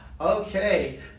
okay